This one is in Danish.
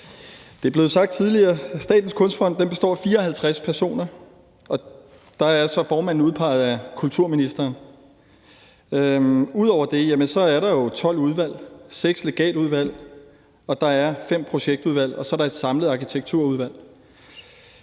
Det er blevet sagt tidligere, at Statens Kunstfond består af 54 personer, og der er formanden så udpeget af kulturministeren. Ud over det er der jo 12 udvalg: Der er seks legatudvalg, fem projektudvalg, og så er der et samlet arkitekturudvalg.